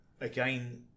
Again